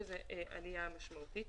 שזו עלייה משמעותית.